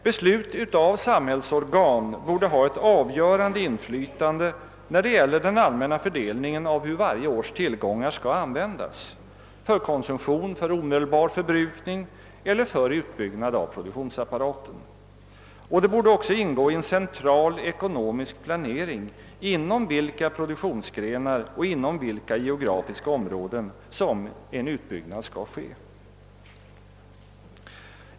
Beslut av samhällsorganen borde ha ett avgörande inflytande på den allmänna fördelningen, hur varje års tillgångar skall användas: för omedelbar förbrukning eller för utbyggnad av produktionsapparaten. Det borde också ingå i en central ekonomisk planering, inom vilka produktionsgrenar och inom vilka geografiska områden en utbyggnåd skall ske.